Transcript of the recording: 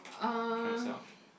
um